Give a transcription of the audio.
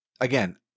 again